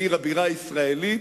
עיר הבירה הישראלית,